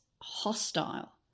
hostile